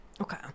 Okay